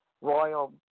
Royal